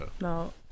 No